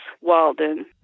Walden